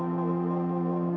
to